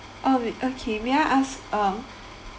oh okay may I ask um